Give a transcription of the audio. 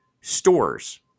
stores